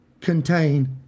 contain